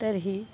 तर्हि